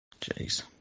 jeez